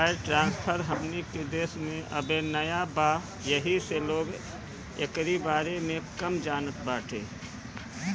wire transfer हमनी के देश में अबे नया बा येही से लोग एकरी बारे में कम जानत बाटे